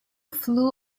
flew